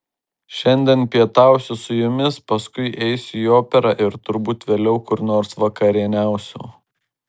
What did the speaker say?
šiandien pietausiu su jumis paskui eisiu į operą ir turbūt vėliau kur nors vakarieniausiu